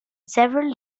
several